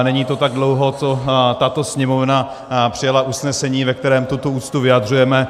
Není to tak dlouho, co tato Sněmovna přijala usnesení, ve kterém tuto úctu vyjadřujeme.